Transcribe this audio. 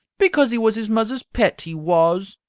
because he was his muzzer's pet, he was.